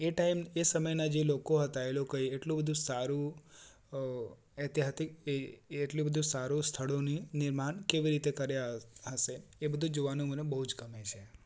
એ time એ સમયના જે લોકો હતા એ લોકોએ એટલું બધું સારું ઐતિહાસિક એ એટલું બધુ સારું સ્થળોનું નિર્માણ કેવી રીતે કર્યા હશે એ બધુ જોવાનું મને બહુ જ ગમે છે